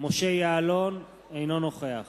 משה יעלון, אינו נוכח